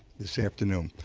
this afternoon.